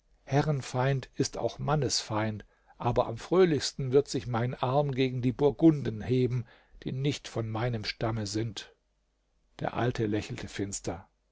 herrenfeind ist auch mannesfeind aber am fröhlichsten wird sich mein arm gegen die burgunden heben die nicht von meinem stamme sind der alte lächelte finster